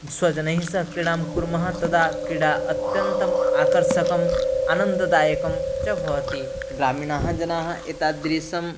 स्वजनैः सह क्रीडां कुर्मः तदा क्रीडा अत्यन्तम् आकर्षकम् आनन्ददायकं च भवति ग्रामीणाः जनाः एतादृशम्